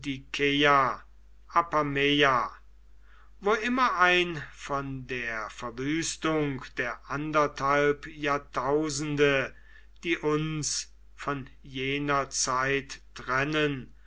wo immer ein von der verwüstung der anderthalb jahrtausende die uns von jener zeit trennen